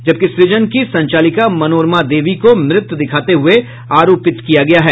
जबकि सुजन की संचालिका मनोरमा देवी को मृत दिखाते हुए आरोपी किया गया है